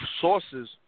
sources